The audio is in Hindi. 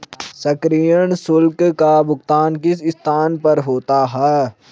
सक्रियण शुल्क का भुगतान किस स्थान पर होता है?